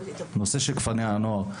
הנושא של כפרי הנוער,